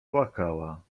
płakała